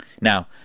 now